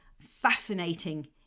fascinating